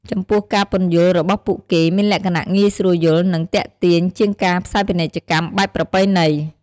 ចំពោះការពន្យល់របស់ពួកគេមានលក្ខណៈងាយស្រួលយល់ និងទាក់ទាញជាងការផ្សាយពាណិជ្ជកម្មបែបប្រពៃណី។